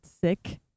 sick